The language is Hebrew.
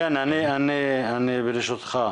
ברשותך,